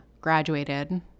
graduated